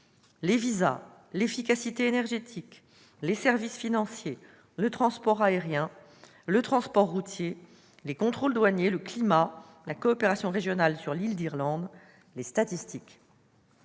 : visas, efficacité énergétique, services financiers, transport aérien, transport routier, contrôles douaniers, climat, coopération régionale sur l'île d'Irlande, statistiques.